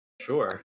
sure